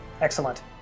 Excellent